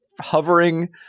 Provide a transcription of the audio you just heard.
hovering